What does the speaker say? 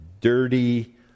dirty